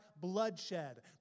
bloodshed